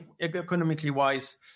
economically-wise